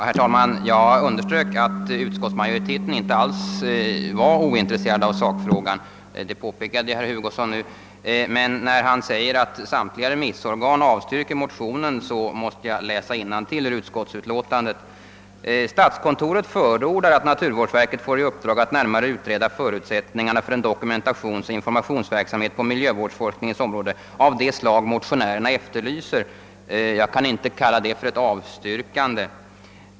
Herr talman! Jag underströk i mitt tidigare anförande att utskottsmajoriteten inte alls var ointresserad av motionen i sak. Det påpekade också herr Hugosson, men jag vill bemöta hans påstående att samtliga remissorgan avstyrker motionerna. Jag läser innantill i utskottsutlåtandet: »Statskontoret förordar, att naturvårdsverket får i uppdrag att närmare utreda förutsättningarna för en dokumentationsoch informationsverksamhet på miljövårdsforskningens område av det slag motionärerna efterlyser.» Jag kan inte kalla det för ett avstyrkande.